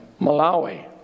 Malawi